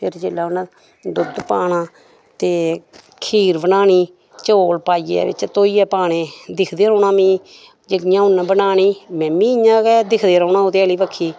फिर जेल्लै उ'नें दुद्ध पाना ते खीर बनानी चौल पाइये बिच धोइये पाने दिक्खदे रौह्ना में जि'यां उ'नें बनानी में मी इ'यां गै दिक्खदे रौह्ना ओह्दे आह्ली बक्खी